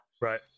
right